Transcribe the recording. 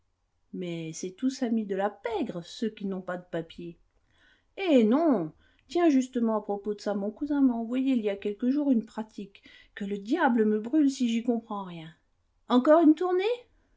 mais c'est tous amis de la pègre ceux qui n'ont pas de papiers eh non tiens justement à propos de ça mon cousin m'a envoyé il y a quelques jours une pratique que le diable me brûle si j'y comprends rien encore une tournée